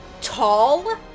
tall